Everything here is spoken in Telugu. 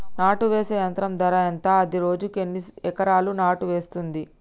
నాటు వేసే యంత్రం ధర ఎంత? అది రోజుకు ఎన్ని ఎకరాలు నాటు వేస్తుంది?